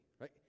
right